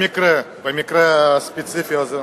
במקרה הספציפי הזה,